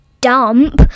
dump